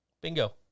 Bingo